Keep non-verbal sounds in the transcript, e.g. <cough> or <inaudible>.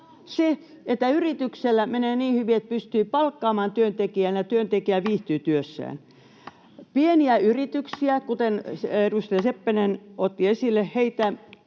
se, että yrityksellä menee niin hyvin, että pystyy palkkaamaan työntekijän ja työntekijä viihtyy työssään. <noise> Kuten edustaja Seppänen otti esille, pieniä